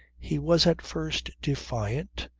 he was at first defiant,